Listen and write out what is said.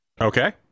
Okay